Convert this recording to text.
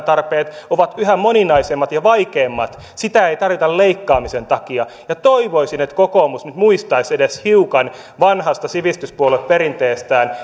tarpeet ovat yhä moninaisemmat ja vaikeammat sitä ei tarvita leikkaamisen takia ja toivoisin että kokoomus nyt muistaisi edes hiukan vanhasta sivistyspuolueperinteestään